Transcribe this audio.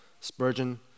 Spurgeon